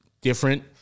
different